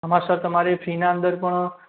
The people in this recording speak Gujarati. એમાં સર તમારે ફીના અંદર પણ